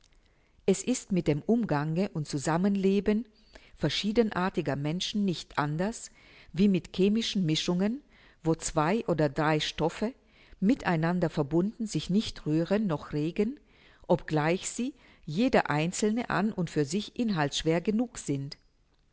es ist mit dem umgange und zusammenleben verschiedenartiger menschen nicht anders wie mit chemischen mischungen wo zwei oder drei stoffe miteinander verbunden sich nicht rühren noch regen obgleich sie jeder einzelne an und für sich inhaltschwer genug sind